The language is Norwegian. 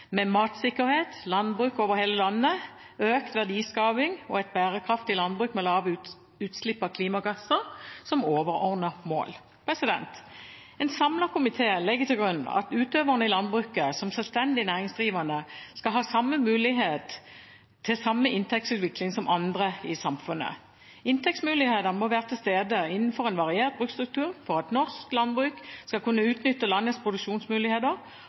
med matsikkerhet, landbruk over hele landet, økt verdiskaping og et bærekraftig landbruk med lavt utslipp av klimagasser som overordnet mål. En samlet komité legger til grunn at utøvere i landbruket, som selvstendig næringsdrivende, skal ha mulighet til samme inntektsutvikling som andre i samfunnet. Inntektsmulighetene må være til stede innenfor en variert bruksstruktur for at norsk landbruk skal kunne utnytte landets produksjonsmuligheter,